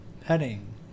Petting